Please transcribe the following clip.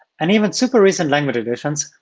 and even super recent language additions,